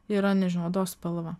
yra nežinau odos spalva